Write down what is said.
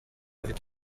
afite